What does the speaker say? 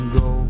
go